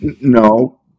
No